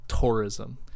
tourism